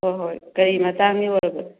ꯍꯣꯏ ꯍꯣꯏ ꯀꯔꯤ ꯃꯇꯥꯡꯒꯤ ꯑꯣꯏꯔꯕꯅꯣ